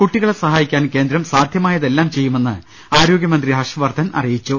കുട്ടികളെ സഹായിക്കാൻ കേന്ദ്രം സാധ്യമായതെല്ലാം ചെയ്യുമെന്ന് ആരോഗ്യമന്ത്രി ഹർഷ് വർദ്ധൻ അറിയിച്ചു